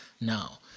now